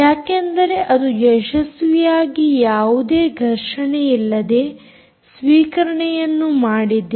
ಯಾಕೆಂದರೆ ಅದು ಯಶಸ್ವಿಯಾಗಿ ಯಾವುದೇ ಘರ್ಷಣೆಯಿಲ್ಲದೆ ಸ್ವೀಕರಣೆಯನ್ನು ಮಾಡಿದೆ